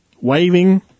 waving